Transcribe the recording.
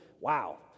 wow